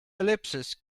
ellipses